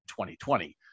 2020